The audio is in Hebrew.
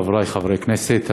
חברי חברי הכנסת,